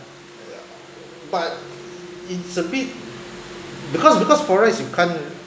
but it's a bit because because FOREX you can't